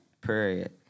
Period